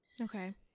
Okay